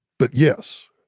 but yes.